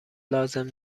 لازم